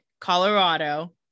Colorado